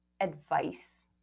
advice